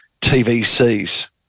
TVCs